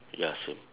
ya same